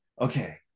okay